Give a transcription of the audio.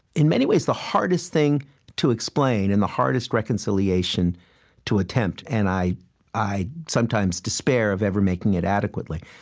in many ways, the hardest thing to explain and the hardest reconciliation to attempt, and i i sometimes despair of ever making it adequately.